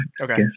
Okay